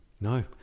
No